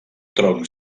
tronc